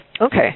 Okay